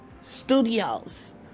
studios